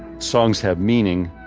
songs have meaning